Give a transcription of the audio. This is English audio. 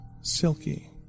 Silky